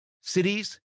cities